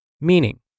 meaning